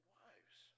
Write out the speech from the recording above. wives